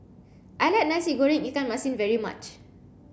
I like Nasi Goreng Ikan Masin very much